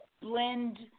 blend